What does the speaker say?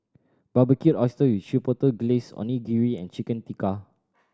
Barbecued Oyster with Chipotle Glaze Onigiri and Chicken Tikka